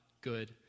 good